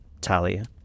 Talia